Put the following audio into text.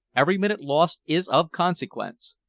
every minute lost is of consequence.